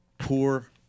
Poor